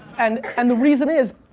and and the reason is,